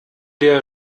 der